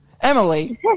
Emily